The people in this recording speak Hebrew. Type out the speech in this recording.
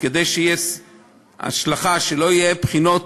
וכדי שתהיה השלכה, שלא יהיו בחינות